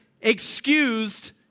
excused